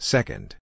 Second